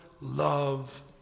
love